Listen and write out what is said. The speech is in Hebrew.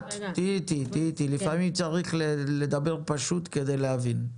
לפעמים צריך לדבר פשוט כדי להבין.